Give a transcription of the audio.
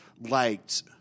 liked